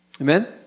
Amen